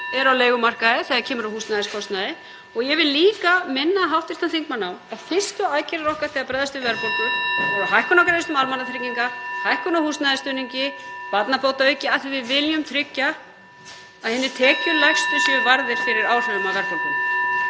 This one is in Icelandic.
eru á leigumarkaði þegar kemur að húsnæðiskostnaði. Og ég vil líka minna hv. þingmann á að fyrstu aðgerðir okkar til að bregðast við verðbólgu voru hækkun á greiðslum almannatrygginga, hækkun á húsnæðisstuðningi og barnabótaauka, af því að við viljum tryggja að hinir tekjulægstu séu varðir fyrir áhrifum af verðbólgunni.